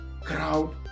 crowd